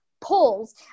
polls